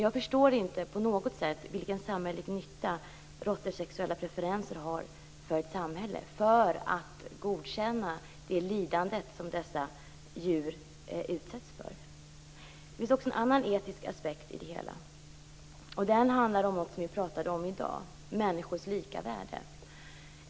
Jag förstår inte att forskning om råttors sexuella preferenser skulle göra så stor samhällelig nytta att det motiverar ett godkännande av det lidande som dessa djur utsätts för. Det finns också en annan etisk aspekt i det hela. Det handlar om något som vi pratade om i dag, dvs. människors lika värde.